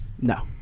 No